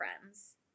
friends